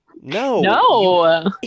No